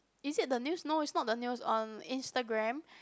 is it the news no its not the news on Instagram